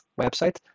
website